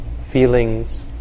feelings